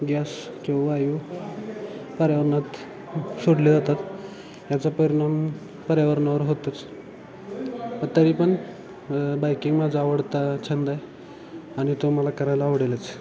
gas किंवा वायू पर्यावरणात सोडले जातात याचा परिणाम पर्यावरणावर होतोच तरी पण बाईकिंग माझा आवडता छंद आहे आणि तो मला करायला आवडेलच